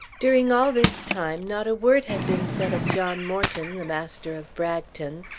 during all this time not a word had been said of john morton, the master of bragton,